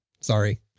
Sorry